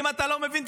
ואם אתה לא מבין,